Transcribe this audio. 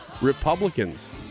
Republicans